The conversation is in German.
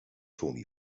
toni